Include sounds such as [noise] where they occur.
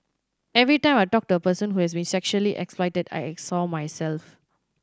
every time I talked to a person who had been sexually exploited [unintelligible] I saw myself